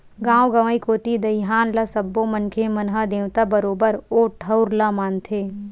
गाँव गंवई कोती दईहान ल सब्बो मनखे मन ह देवता बरोबर ओ ठउर ल मानथे